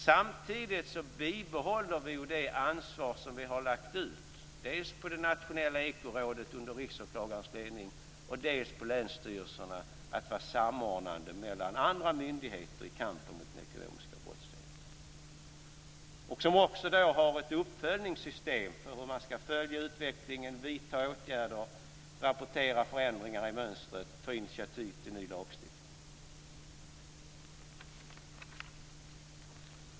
Samtidigt bibehåller vi det ansvar som vi har lagt ut dels på nationella Ekorådet under Riksåklagarens ledning, dels på länsstyrelserna att vara samordnande mellan andra myndigheter i kampen mot den ekonomiska brottsligheten. Då finns ett uppföljningssystem för att följa utvecklingen, vidta åtgärder, rapportera förändringar i mönstret och ta initiativ till ny lagstiftning.